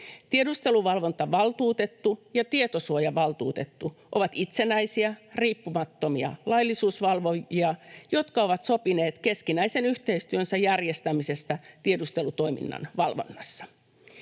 Tiedusteluvalvontavaltuutettu ja tietosuojavaltuutettu ovat itsenäisiä, riippumattomia laillisuusvalvojia, jotka ovat sopineet keskinäisen yhteistyönsä järjestämisestä tiedustelutoiminnan valvonnassa.